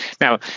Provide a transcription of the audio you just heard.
Now